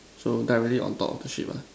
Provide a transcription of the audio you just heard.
so directly on top of the ship ah